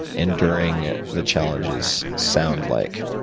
and during the challenges, sound like?